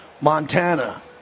Montana